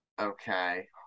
Okay